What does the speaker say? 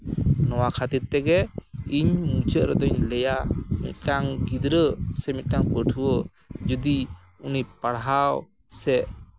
ᱱᱚᱣᱟ ᱠᱷᱟᱹᱛᱤᱨ ᱛᱮᱜᱮ ᱤᱧ ᱢᱩᱪᱟᱹᱫ ᱨᱮᱫᱚᱧ ᱞᱟᱹᱭᱟ ᱢᱤᱫᱴᱟᱱ ᱜᱤᱫᱽᱨᱟᱹ ᱥᱮ ᱢᱤᱫᱴᱟᱱ ᱯᱟᱹᱴᱷᱩᱣᱟᱹ ᱡᱩᱫᱤ ᱩᱱᱤ ᱯᱟᱲᱦᱟᱣ ᱥᱮ